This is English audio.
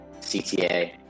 CTA